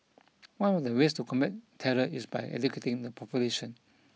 one of the ways to combat terror is by educating the population